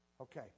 Okay